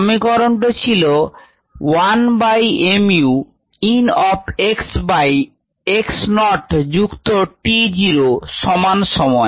সমীকরন টি ছিল 1 by mu ln of x by x naut যুক্ত t zero সমান সময়